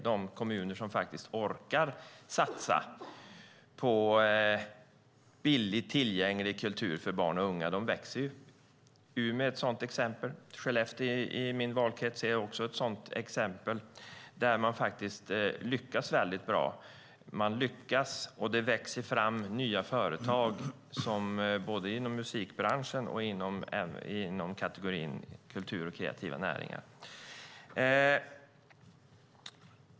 De kommuner som orkar satsa på billig, tillgänglig kultur för barn och unga växer. Umeå är ett sådant exempel. Skellefteå i min valkrets är också ett sådant exempel. Där lyckas de bra. Det växer fram nya företag inom både musikbranschen och kategorin kultur och kreativa näringar.